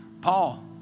Paul